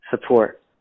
support